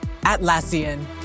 Atlassian